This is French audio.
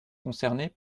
concernés